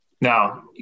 Now